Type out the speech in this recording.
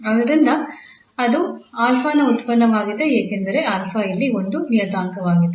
ಆದ್ದರಿಂದ ಅದು 𝛼 ನ ಉತ್ಪನ್ನವಾಗಿದೆ ಏಕೆಂದರೆ 𝛼 ಇಲ್ಲಿ ಒಂದು ನಿಯತಾಂಕವಾಗಿದೆ